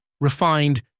Refined